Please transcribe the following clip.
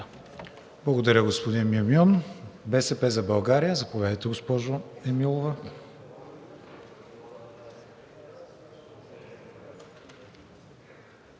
Благодаря, господин Мюмюн. „БСП за България“ – заповядайте, госпожо Емилова.